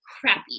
crappy